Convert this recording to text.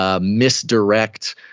misdirect